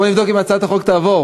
בואי נבדוק אם הצעת החוק תעבור.